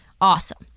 Awesome